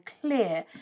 clear